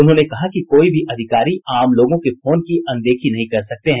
उन्होंने कहा कि कोई भी अधिकारी आम लोगों के फोन की अनदेखी नहीं कर सकते हैं